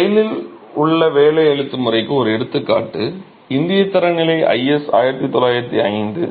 செயலில் உள்ள வேலை அழுத்த முறைக்கு ஒரு எடுத்துக்காட்டு இந்திய தரநிலை IS 1905